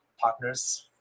partners